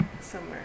summer